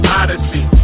odyssey